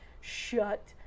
shut